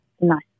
nice